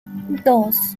dos